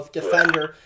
defender